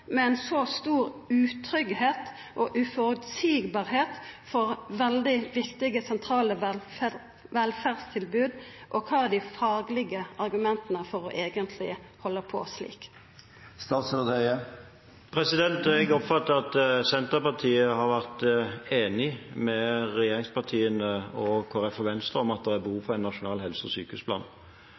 ein så utrygg og uføreseieleg situasjon for veldig viktige sentrale velferdstilbod, og kva er dei faglege argumenta for å halda på slik? Jeg oppfatter at Senterpartiet har vært enig med regjeringspartiene, Kristelig Folkeparti og Venstre i at det har vært behov for en nasjonal helse- og sykehusplan.